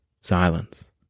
Silence